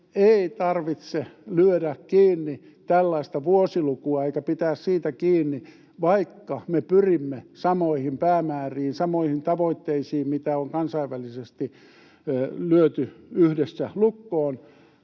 ei tarvitse lyödä kiinni tällaista vuosilukua eikä pitää siitä kiinni, vaikka me pyrimme samoihin päämääriin, samoihin tavoitteisiin kuin mitä on kansainvälisesti lyöty yhdessä lukkoon.